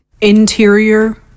Interior